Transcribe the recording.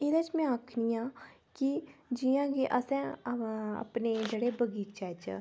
एह्दे च में आखनी आं कि जि'यां कि असें अपने जेह्ड़े बगीचे च